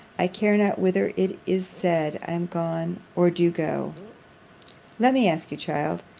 i care not whither it is said i am gone, or do go let me ask you, child,